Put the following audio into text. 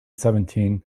seventeen